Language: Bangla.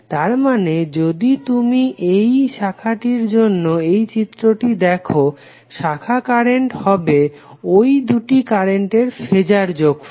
তারমানে যদি তুমি এই শাখাটির জন্য এই চিত্রটি দেখো শাখা কারেন্ট হবে এই দুটি কারেন্টের ফেজার যোগফল